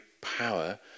power